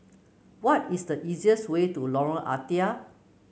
what is the easiest way to Lorong Ah Thia